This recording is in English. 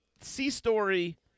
C-Story